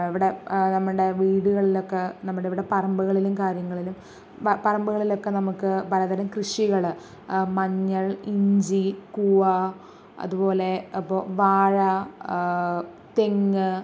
ഇവിടെ നമ്മുടെ വീടുകളിലൊക്കെ നമ്മുട ഇവിടെ പറമ്പുകളിലും കാര്യങ്ങളിലും പറമ്പുകളിലൊക്കെ നമുക്ക് പലതരം കൃഷികള് മഞ്ഞൾ ഇഞ്ചി കൂവ അതുപോലെ ഇപ്പോൾ വാഴ തെങ്ങ്